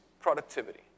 productivity